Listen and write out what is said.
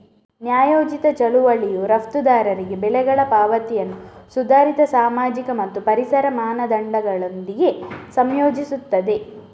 ನ್ಯಾಯೋಚಿತ ಚಳುವಳಿಯು ರಫ್ತುದಾರರಿಗೆ ಬೆಲೆಗಳ ಪಾವತಿಯನ್ನು ಸುಧಾರಿತ ಸಾಮಾಜಿಕ ಮತ್ತು ಪರಿಸರ ಮಾನದಂಡಗಳೊಂದಿಗೆ ಸಂಯೋಜಿಸುತ್ತದೆ